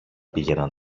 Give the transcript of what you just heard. πήγαιναν